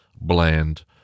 bland